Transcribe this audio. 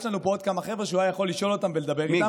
יש לנו פה עוד כמה חבר'ה שהוא היה יכול לשאול אותם ולדבר איתם,